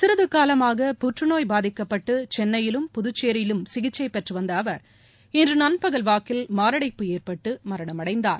சிறிது காலமாக புற்றுநோய் பாதிக்கப்பட்டு சென்னையிலும் புதுச்சேரியிலும் சிகிச்சை பெற்றுவந்த அவர் இன்று நண்பகல் வாக்கில் மாரடைப்பு ஏற்பட்டு மரணமடைந்தார்